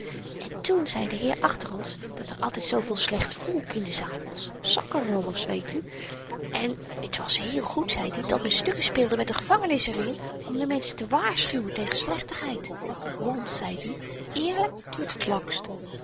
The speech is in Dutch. en toen zei die heer achter ons dat er altyd zooveel slecht volk in de zaal was zakkenrollers weet u en t was heel goed zeid i dat men stukken speelde met n gevangenis er in om de menschen te waarschuwen tegen slechtigheid want zeid i eerlyk duurt het langst